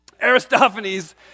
Aristophanes